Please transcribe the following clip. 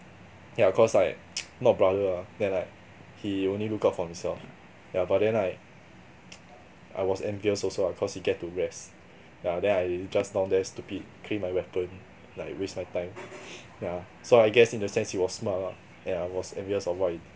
yeah cause like not brother lah then like he only look out for himself yeah but then like I was envious also lah cause he gets to rest ya then I just down there stupid clean my weapon like waste my time ya so I guess in a sense he was smart lah and I was envious of what he